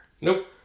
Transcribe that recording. Nope